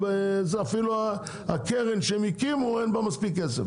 אפילו הקרן שהם הקימו אין בה מספיק כסף.